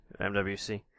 MWC